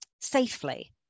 safely